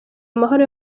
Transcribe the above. amahoro